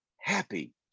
happy